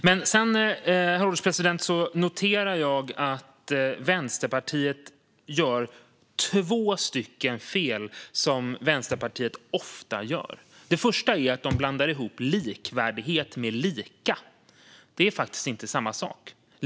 Herr ålderspresident! Jag noterar att Vänsterpartiet gör två stycken fel, som de ofta gör. Det första är att de blandar ihop likvärdigt med lika, men det är faktiskt inte samma sak.